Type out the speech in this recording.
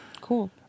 Cool